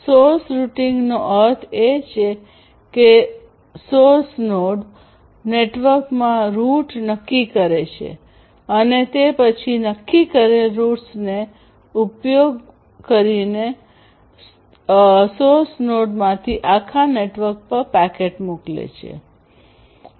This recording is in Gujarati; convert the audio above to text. સોર્સ રૂટીંગનો અર્થ એ છે કે સ્રોત નોડ નેટવર્કમાં રૂટ નક્કી કરે છે અને તે પછી નક્કી કરેલ રૂટ્સનો ઉપયોગ કરીને સ્રોત નોડમાંથી આખા નેટવર્ક પર પેકેટ મોકલે છે